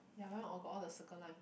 ya my one all got all the circle line